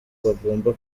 bagomba